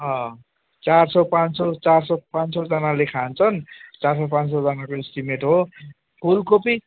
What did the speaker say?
चार सय पाँच सय चार सय पाँच सयजनाले खान्छन् चारसय पाँच सयजनाको इस्टिमेट हो फुलकोपी